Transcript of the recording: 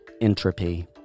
entropy